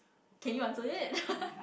can you answer it